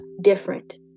different